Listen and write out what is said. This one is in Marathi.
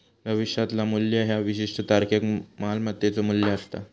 भविष्यातला मू्ल्य ह्या विशिष्ट तारखेक मालमत्तेचो मू्ल्य असता